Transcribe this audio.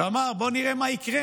ואמר: בואו נראה מה יקרה